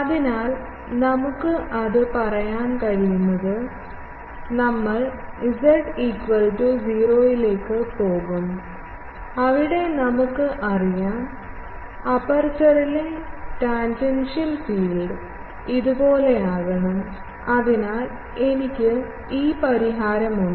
അതിനാൽ നമുക്ക് അത് പറയാൻ കഴിയുന്നത് നമ്മൾ z0 ലേക്ക് പോകും അവിടെ നമുക്കറിയാം അപ്പേർച്ചറിലെ ടാൻജൻഷ്യൽ ഫീൽഡ് ഇതുപോലെയാകണം അതിനാൽ എനിക്ക് ഈ പരിഹാരമുണ്ട്